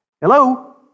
Hello